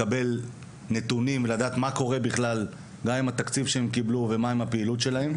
לקבל נתונים ולדעת מה קורה עם התקציב שהם קיבלו ועם הפעילות שלהם.